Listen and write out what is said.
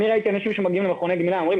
ראיתי אנשים שמגיעים למכוני גמילה ואומרים